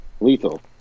Lethal